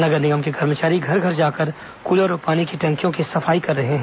नगर निगम के कर्मचारी घर घर जाकर कूलर और पानी की टंकियों की सफाई कर रहे हैं